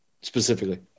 specifically